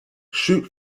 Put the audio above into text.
chute